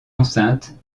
enceinte